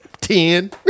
ten